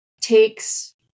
takes